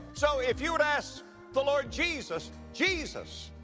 so if you were to ask the lord jesus, jesus,